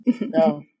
No